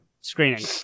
screening